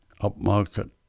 upmarket